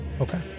Okay